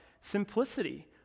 simplicity